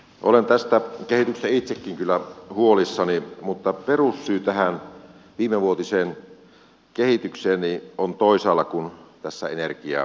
olen tästä kehityksestä itsekin kyllä huolissani mutta perussyy tähän viimevuotiseen kehitykseen on toisaalla kuin tässä energiaverossa